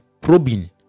probing